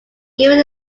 given